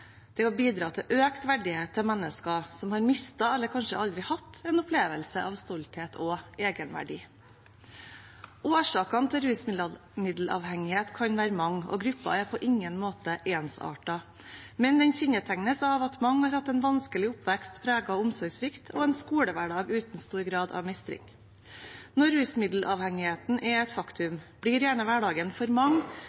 er å bidra til økt verdighet for mennesker som har mistet – eller kanskje aldri har hatt – en opplevelse av stolthet og egenverdi. Årsakene til rusmiddelavhengighet kan være mange. Gruppen er på ingen måte ensartet, men den kjennetegnes av at mange har hatt en vanskelig oppvekst preget av omsorgssvikt og en skolehverdag uten stor grad av mestring. Når rusmiddelavhengigheten er et faktum,